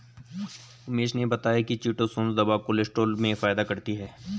उमेश ने बताया कि चीटोसोंन दवा कोलेस्ट्रॉल में फायदा करती है